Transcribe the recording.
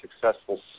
successful